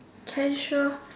can sure